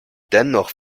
dennoch